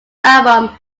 album